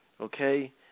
Okay